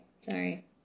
Sorry